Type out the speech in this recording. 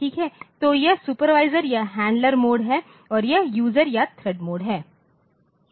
तो यह सुपरवाइजर या हैंडलर मोड है और यह यूजर या थ्रेड मोड है